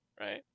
right